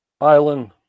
Island